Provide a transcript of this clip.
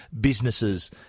businesses